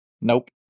Nope